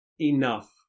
enough